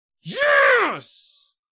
Yes